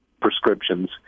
prescriptions